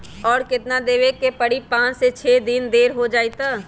और केतना देब के परी पाँच से छे दिन देर हो जाई त?